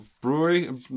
brewery